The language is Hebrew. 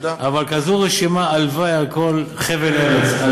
אבל כזו רשימה, הלוואי על כל חבל ארץ.